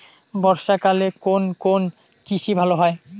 বর্ষা কালে কোন কোন কৃষি ভালো হয়?